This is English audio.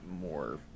more